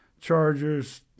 Chargers